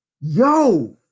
Yo